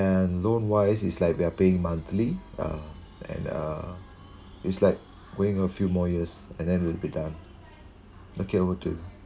and loan wise it's like we're paying monthly uh and uh it's like going on few more years and then we'll be done okay over to you